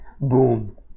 Boom